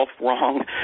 wrong